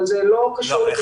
אבל זה לא קשור לפיקוד העורף.